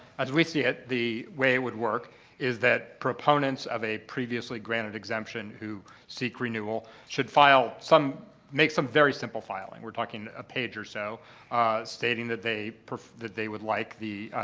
as we see it, the way it would work is that proponents of a previously granted exemption who seek renewal should file some make some very simple filing. we're talking a page or so stating that they that they would like the